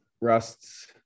Rust's